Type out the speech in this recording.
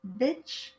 bitch